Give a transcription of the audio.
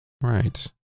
Right